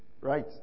right